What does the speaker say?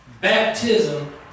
baptism